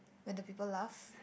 when the people laugh